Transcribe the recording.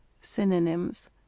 synonyms